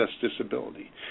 disability